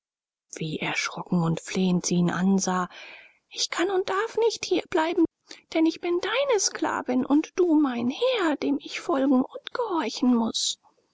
wie erschrocken und flehend sie ihn ansah ich kann und darf nicht hier bleiben denn ich bin deine sklavin und du mein herr dem ich folgen und gehorchen muß